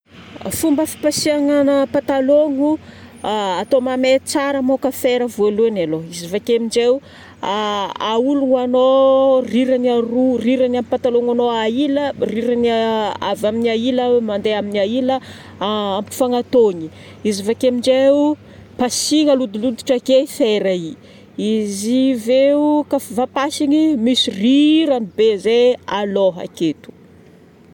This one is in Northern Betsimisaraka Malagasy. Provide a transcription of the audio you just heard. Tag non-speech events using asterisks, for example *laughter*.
Fomba fipasihagnana patalomo *hesitation* atao mamay tsara moka fera voalohany e. Izy vake aminjay aholoanao rirany aroa: rirany amin'ny patalomonao ahila, rirany avy amin'ny ahila mandeha amin'ny ahila ampifanantonigna. Izy vake aminjay pasihagna alodiloditra ake i fera igny. Izy veo kafa voapasigny misy rirany be aloha aketo.